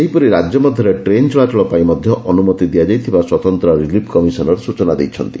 ସେହିପରି ରାଜ୍ୟ ମଧ୍ଧରେ ଟ୍ରେନ୍ ଚଳାଚଳ ପାଇଁ ମଧ୍ଧ ଅନୁମତି ଦିଆଯାଇଥିବା ସ୍ୱତନ୍ତ ରିଲିଫ୍ କମିଶନର ସୂଚନା ଦେଇଛନ୍ତି